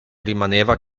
rimaneva